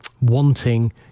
wanting